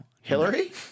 Hillary